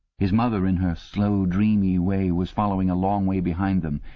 his mother, in her slow, dreamy way, was following a long way behind them.